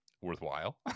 worthwhile